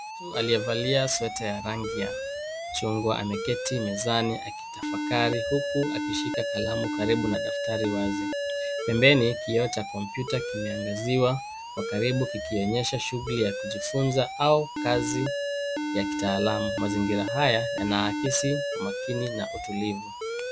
Mtu aliyevalia sweta ya rangi ya chungwa ameketi mezani akitafakari huku akishika kalamu karibu na daftari wazi. Pembeni, kioo cha kompyuta kimeangaziwa kwa karibu kikionyesha shughuli ya kujifunza au kazi ya kitaalamu. Mazingira haya yanaakisi umakini na utulivu.